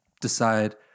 decide